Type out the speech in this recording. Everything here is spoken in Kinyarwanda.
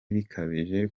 bikabije